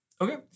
okay